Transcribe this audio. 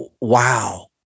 wow